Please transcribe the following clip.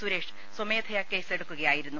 സുരേഷ് സ്വമേധയാ കേസെടുക്കുകയാ യിരുന്നു